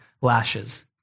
lashes